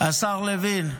השר לוין,